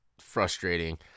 frustrating